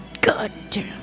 goddamn